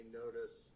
notice